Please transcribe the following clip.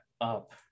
up